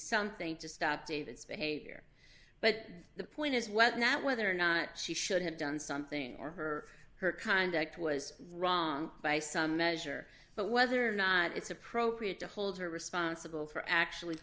something to stop david's behavior but the point is whether that whether or not she should have done something or her her conduct was wrong by some measure but whether or not it's appropriate to hold her responsible for actually